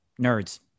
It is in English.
Nerds